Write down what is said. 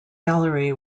gallery